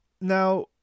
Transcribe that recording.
now